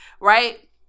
right